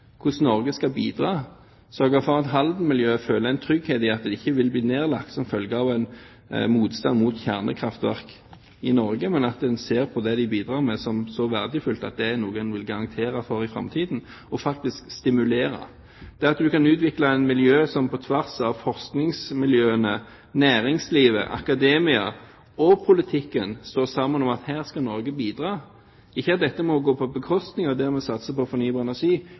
hvordan Norge skal bidra, og sørge for at Halden-miljøet føler en trygghet for at de ikke vil bli nedlagt som følge av motstand mot kjernekraftverk i Norge, men at man ser på det de bidrar med som så verdifullt at det er noe man vil garantere for i framtiden og faktisk stimulere, likeså at man kan utvikle et miljø som på tvers av forskningsmiljøene, næringslivet, akademia og politikken står sammen om at her skal Norge bidra. Ikke at dette må gå på bekostning av det vi satser på når det gjelder fornybar energi,